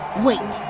wait,